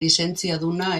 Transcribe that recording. lizentziaduna